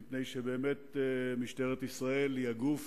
מפני שבאמת משטרת ישראל היא הגוף